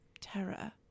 terror